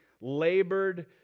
labored